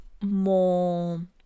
more